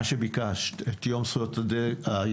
מה שביקשת את יום זכויות הילד,